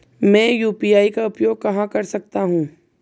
मैं यू.पी.आई का उपयोग कहां कर सकता हूं?